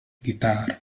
guitar